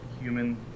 human